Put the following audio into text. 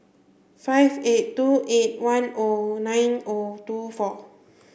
five eight two eight one O nine O two four